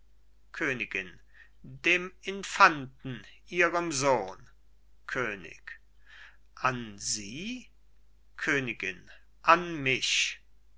königin dem infanten ihrem sohn könig an sie königin an mich